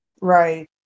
Right